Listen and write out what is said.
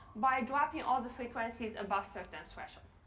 by dropping all the frequencies above certain threshold.